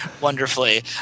wonderfully